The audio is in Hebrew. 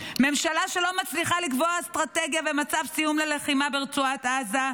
ממשלה שלא מצליחה לקבוע אסטרטגיה ומצב סיום ללחימה ברצועת עזה,